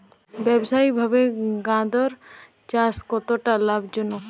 ব্যবসায়িকভাবে গাঁদার চাষ কতটা লাভজনক?